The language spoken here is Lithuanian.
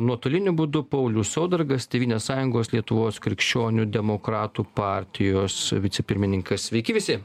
nuotoliniu būdu paulius saudargas tėvynės sąjungos lietuvos krikščionių demokratų partijos vicepirmininkas sveiki visi